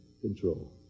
control